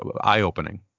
eye-opening